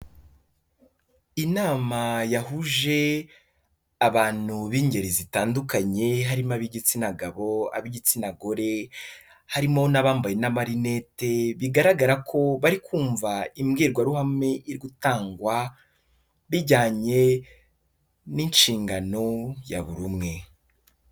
Inama yahuje abantu b'ingeri zitandukanye harimo ab'igitsina gabo, ab'igitsina gore, harimo n'abambaye n'amalinete. Bigaragara ko bari kumva imbwirwaruhame iri gutangwa bijyanye n'inshingano ya buri umwe.